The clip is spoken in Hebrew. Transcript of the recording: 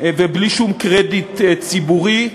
ובלי שום קרדיט ציבורי.